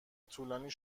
طولانی